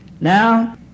now